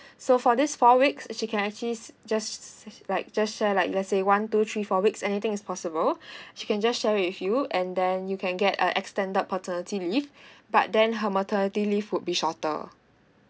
so for this four weeks she can actually just like just share like let's say one two three four weeks anything is possible she can just share with you and then you can get a extended paternity leave but then her maternity leave would be shorter